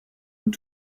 und